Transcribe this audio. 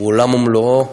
הוא עולם ומלואו,